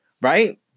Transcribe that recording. Right